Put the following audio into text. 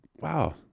wow